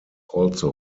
also